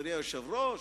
אדוני היושב-ראש,